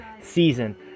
season